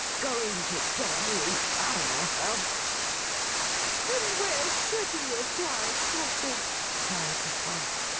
going to die in our house and where should he have died, tugby cried his wife.